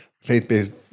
faith-based